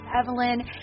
Evelyn